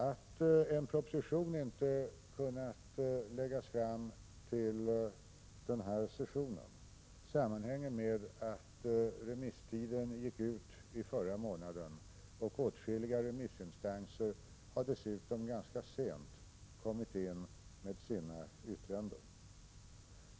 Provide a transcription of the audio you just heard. Att en proposition inte kunnat läggas fram till den här sessionen sammanhänger med att remisstiden gick ut i förra månaden. Åtskilliga remissinstanser har dessutom kommit in med sina yttranden ganska sent.